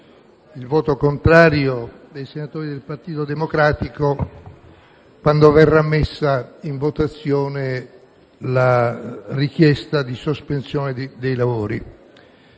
il voto contrario dei senatori del Partito Democratico quando verrà messa in votazione la richiesta di sospensione dei lavori,